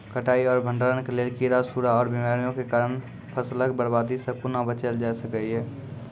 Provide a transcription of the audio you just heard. कटाई आर भंडारण के लेल कीड़ा, सूड़ा आर बीमारियों के कारण फसलक बर्बादी सॅ कूना बचेल जाय सकै ये?